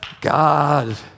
God